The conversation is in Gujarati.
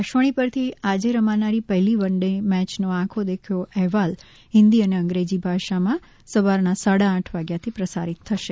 આકાશવાણી પરથી આજે રમાનારી પહેલી વન ડે મેચનો આંખો દેખ્યો અહેવાલ હિંદી અને અંગ્રેજી ભાષામાં સવારના સાડા આઠથી પ્રસારીત થશે